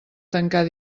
tancar